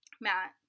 Matt